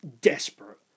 Desperate